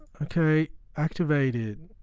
ok activate it.